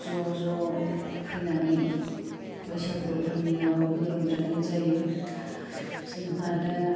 ज' ज' फैनानै बैसागु फालिनायाव बयबो रंजानाय जायो जोंहा दा